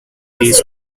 pays